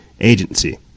Agency